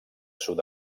sud